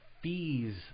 Fees